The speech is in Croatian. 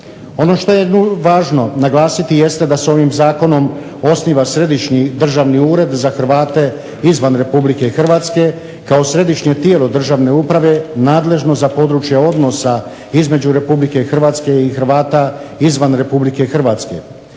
Ono što je važno naglasiti jeste da se ovim Zakonom osniva Središnji državni ured za Hrvate izvan Republike Hrvatske kao središnje tijelo državne uprave nadležno za područje odnosa između Republike Hrvatske i Hrvata izvan Republike Hrvatske.